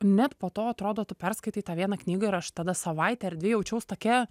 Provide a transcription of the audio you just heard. net po to atrodo tu perskaitai tą vieną knygą ir aš tada savaitę ar dvi jaučiaus tokia